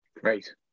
Great